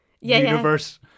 universe